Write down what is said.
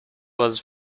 was